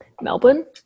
Melbourne